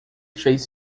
fez